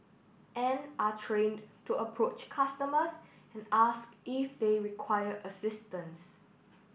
and are trained to approach customers and ask if they require assistance